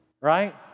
right